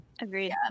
agreed